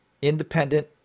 independent